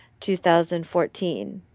2014